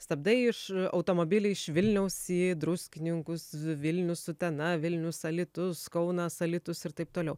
stabdai iš automobiliai iš vilniaus į druskininkus vilnius utena vilnius alytus kaunas alytus ir taip toliau